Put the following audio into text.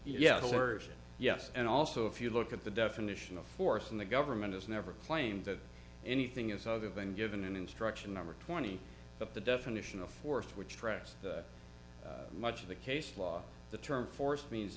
yes yes and also if you look at the definition of force and the government has never claimed that anything is other than given an instruction number twenty but the definition of force which tracks much of the case law the term force means